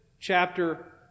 chapter